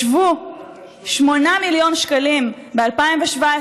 ישבו 8 מיליון שקלים ב-2017,